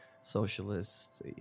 socialists